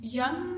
young